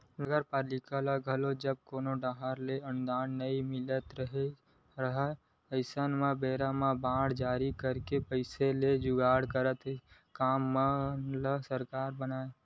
नगरपालिका ल घलो जब कोनो डाहर ले अनुदान नई मिलत राहय अइसन बेरा म बांड जारी करके पइसा के जुगाड़ करथे काम मन ल सरकाय बर